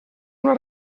una